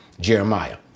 Jeremiah